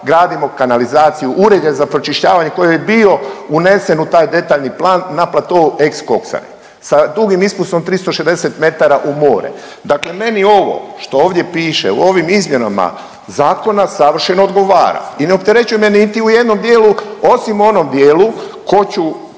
gradimo kanalizaciju uređaj za pročišćavanje koji je bio unesen u taj detaljni plan na platou ex Koksare sa dugim ispustom 360m u more. Dakle, meni ovo što ovdje piše u ovim izmjenama zakona savršeno odgovara i ne opterećuje me niti u jednom dijelu osim onom dijelu koji ću